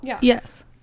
Yes